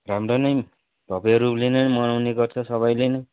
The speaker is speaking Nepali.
राम्रो नै भव्य रूपले नै मनाउने गर्छ सबैले नै